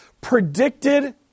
predicted